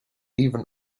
even